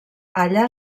allà